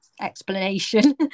explanation